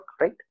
right